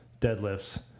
deadlifts